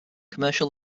commercial